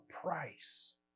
price